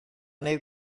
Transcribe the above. new